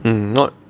mm not